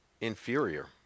inferior